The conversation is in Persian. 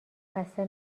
خسته